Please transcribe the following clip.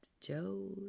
Joe